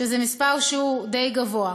שזה מספר די גבוה.